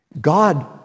God